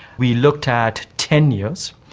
we looked at ten years,